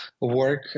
work